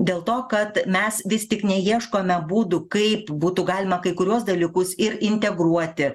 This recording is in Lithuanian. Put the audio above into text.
dėl to kad mes vis tik neieškome būdų kaip būtų galima kai kuriuos dalykus ir integruoti